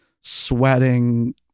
sweating